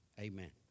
amen